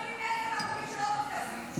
אני מזמין את כבוד השר אריאל בוסו,